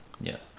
Yes